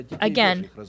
again